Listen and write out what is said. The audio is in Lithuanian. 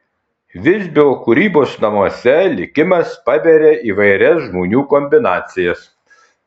visbio kūrybos namuose likimas paberia įvairias žmonių kombinacijas